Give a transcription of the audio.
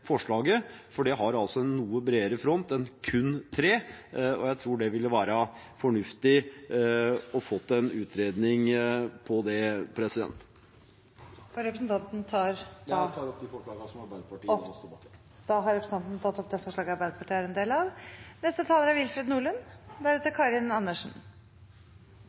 forslaget, for det har altså en noe bredere front enn kun tre, og jeg tror det ville være fornuftig å få til en utredning av det. Jeg tar opp det forslaget Arbeiderpartiet står bak sammen med SV. Da har representanten Stein Erik Lauvås tatt opp det forslaget Arbeiderpartiet står bak sammen med SV. Norge er